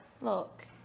Look